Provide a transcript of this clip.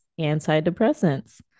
antidepressants